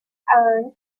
aang